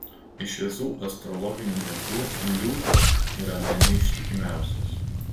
iš visų astrologinių ženklų liūtas yra bene ištikimiausias